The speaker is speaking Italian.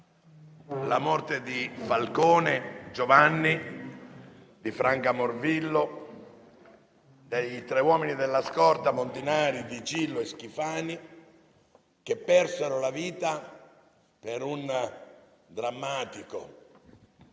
la morte di Giovanni Falcone, di Franca Morvillo e dei tre uomini della scorta, Montinaro, Dicillo e Schifani, che persero la vita per un drammatico